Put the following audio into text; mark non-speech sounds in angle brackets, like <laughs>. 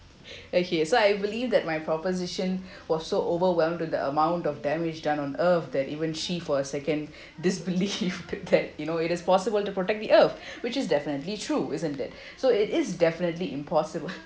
okay so I believe that my proposition was so overwhelmed to the amount of damage done on earth that even she for a second <breath> disbelieve <laughs> that you know it is possible to protect the earth which is definitely true isn't it so it is definitely impossible <laughs>